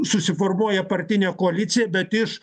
susiformuoja partinė koalicija bet iš